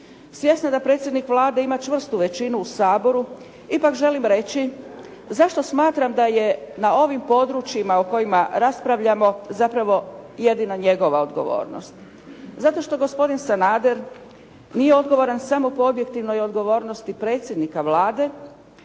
Svjesna da predsjednik Vlade ima čvrstu većinu u Saboru ipak želim reći zašto smatram da je na ovim područjima o kojima raspravljamo zapravo jedino njegova odgovornost? Zato što gospodin Sanader nije odgovoran samo po objektivnoj odgovornosti predsjednika Vlade,